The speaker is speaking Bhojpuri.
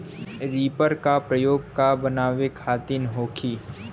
रिपर का प्रयोग का बनावे खातिन होखि?